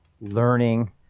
learning